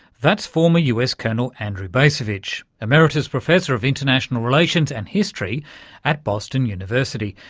that's former us colonel andrew bacevich, emeritus professor of international relations and history at boston university,